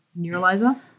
neuralizer